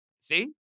see